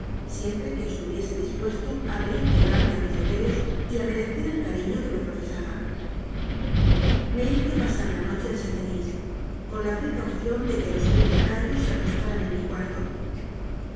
siempre que estuviese dis puesto a reintegrarme a mis deberes y a merecer el cariño que me profesaba me hizo pasar la noche en saint-denis con la precaución de que los tres lacayos se acostaran en mi cuarto